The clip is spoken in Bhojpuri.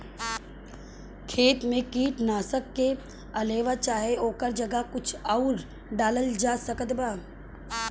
खेत मे कीटनाशक के अलावे चाहे ओकरा जगह पर कुछ आउर डालल जा सकत बा?